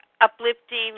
uplifting